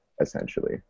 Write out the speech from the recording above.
essentially